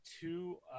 two